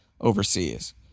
overseas